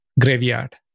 Graveyard